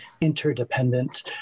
interdependent